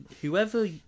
whoever